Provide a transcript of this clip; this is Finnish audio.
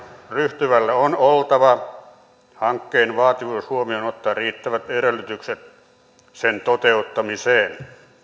ryhtyvällä on oltava hankkeen vaativuus huomioon ottaen riittävät edellytykset sen toteuttamiseen